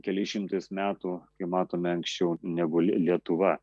keliais šimtais metų kaip matome anksčiau negu lietuva